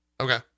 okay